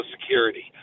security